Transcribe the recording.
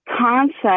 concept